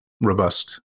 robust